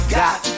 got